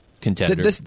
contender